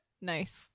Nice